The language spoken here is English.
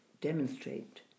demonstrate